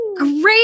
Great